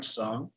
song